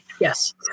Yes